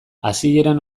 hasieran